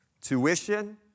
tuition